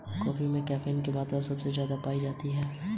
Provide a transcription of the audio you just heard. यदि मैं समय पर ऋण नहीं चुका पाई तो क्या होगा?